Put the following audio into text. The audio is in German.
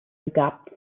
begabten